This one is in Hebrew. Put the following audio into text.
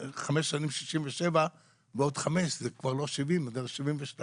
שנים מ-67 ועוד חמש זה כבר לא 70 זה 72,